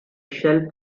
shell